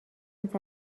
نیست